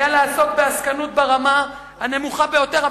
היה לעסוק בעסקנות ברמה הנמוכה ביותר,